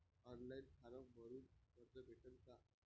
Online form भरून कर्ज भेटन का?